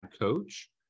coach